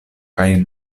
kaj